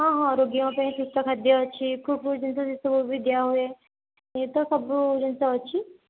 ହଁ ହଁ ରୋଗୀଙ୍କ ପାଇଁ ସୁସ୍ଥ ଖାଦ୍ୟ ଅଛି କେଉଁ କେଉଁ ଜିନିଷ ସେ ସବୁ ବି ଦିଆ ହୁଏ ଏଇ ତ ସବୁ ଜିନିଷ ଅଛି